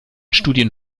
studien